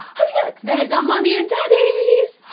oh yeah look! there's our mummies and daddies.